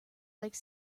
like